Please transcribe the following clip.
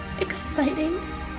exciting